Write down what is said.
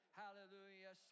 hallelujah